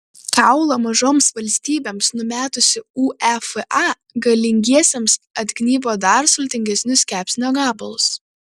kaulą mažoms valstybėms numetusi uefa galingiesiems atgnybo dar sultingesnius kepsnio gabalus